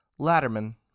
Latterman